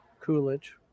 Coolidge